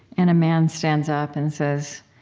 and a man stands up and says,